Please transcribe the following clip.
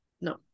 No